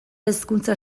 hezkuntza